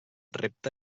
repte